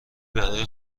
برای